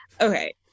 okay